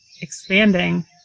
expanding